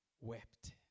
wept